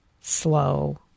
slow